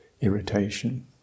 irritation